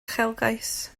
uchelgais